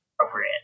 appropriate